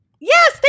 Yes